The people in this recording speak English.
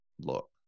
look